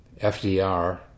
FDR